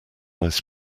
ice